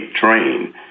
train